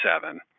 seven